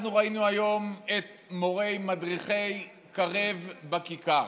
אנחנו ראינו היום את מורי ומדריכי קרב בכיכר,